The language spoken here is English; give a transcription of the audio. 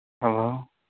Hello